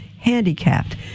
handicapped